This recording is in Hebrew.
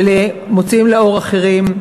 ולמוציאים לאור אחרים.